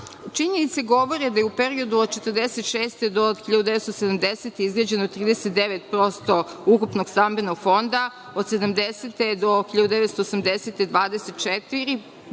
skalu. Činjenice govore da je u periodu od 1946. do 1970. izgrađeno 39% ukupnog stambenog fonda, od 1970. do 1980. godine 24%